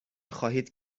خواهید